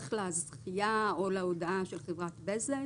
בהמשך לזכייה או להודעה של חברת בזק,